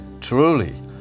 truly